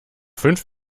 fünf